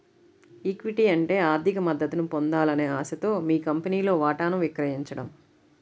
equity అంటే ఆర్థిక మద్దతును పొందాలనే ఆశతో మీ కంపెనీలో వాటాను విక్రయించడం